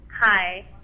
Hi